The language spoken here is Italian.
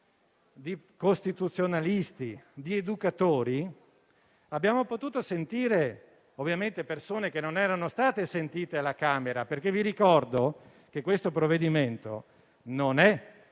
di costituzionalisti e di educatori; abbiamo potuto ascoltare persone che non erano state sentite alla Camera, perché vi ricordo che questo provvedimento non è